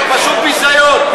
פשוט ביזיון.